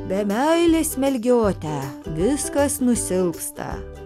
be meilės melgiote viskas nusilpsta